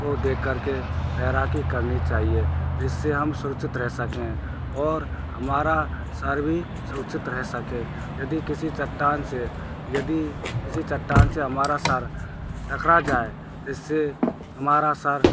को देख कर के तैराकी करनी जिससे हम सुरक्षित रह सकें और हमारा सिर भी सुरक्षित रह सके यदि किसी चट्टान से यदि किसी चट्टान से हमारा सिर टकरा जाए जिससे हमारा सिर